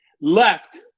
left